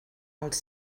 els